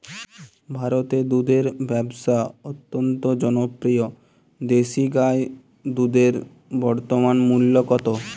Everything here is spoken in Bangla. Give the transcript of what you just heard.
ভারতে দুধের ব্যাবসা অত্যন্ত জনপ্রিয় দেশি গাই দুধের বর্তমান মূল্য কত?